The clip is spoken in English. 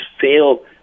fail